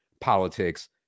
politics